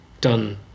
done